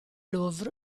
louvre